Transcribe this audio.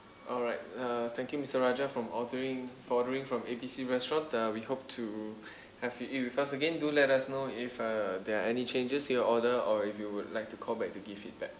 alright uh thank you mister raja from ordering for ordering from A B C restaurant uh we hope to have you eat with us again do let us know if uh there are any changes your order or if you would like to call back to give feedback